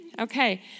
Okay